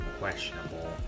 questionable